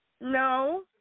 No